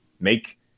Make